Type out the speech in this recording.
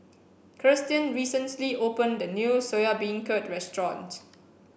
Kirstin recently opened a new Soya Beancurd Restaurant